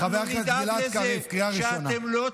חבר הכנסת גלעד קריב, קריאה ראשונה.